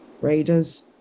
Raiders